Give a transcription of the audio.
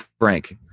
frank